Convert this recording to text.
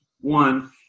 One